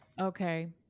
Okay